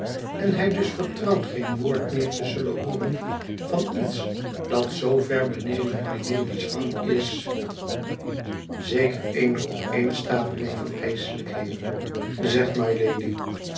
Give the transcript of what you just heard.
en hij dus vertrouwt geen woord meer te zullen hooren van iets dat zoover beneden mylady's rang is zeker eene opeenstapeling van ijselijkheden zegt mylady